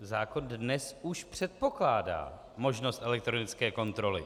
Zákon dnes už předpokládá možnost elektronické kontroly.